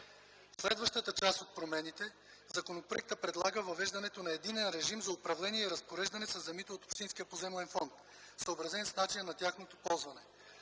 следващата част от промените законопроектът предлага въвеждането на единен режим за управление и разпореждане със земите от общинския поземлен фонд, съобразен с начина на тяхното ползване.